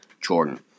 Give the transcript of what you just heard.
Jordan